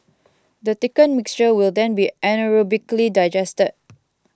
the thickened mixture will then be anaerobically digested